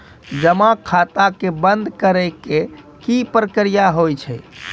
जमा खाता के बंद करे के की प्रक्रिया हाव हाय?